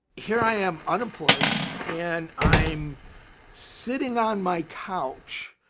here i am, unemployed and i'm sitting on my couch